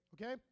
okay